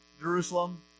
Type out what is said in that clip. Jerusalem